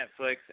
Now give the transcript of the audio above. Netflix